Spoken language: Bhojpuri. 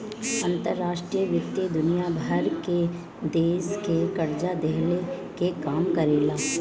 अंतर्राष्ट्रीय वित्त दुनिया भर के देस के कर्जा देहला के काम करेला